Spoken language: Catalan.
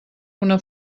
una